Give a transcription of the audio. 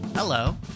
Hello